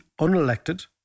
unelected